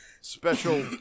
special